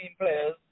players